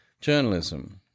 journalism